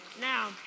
Now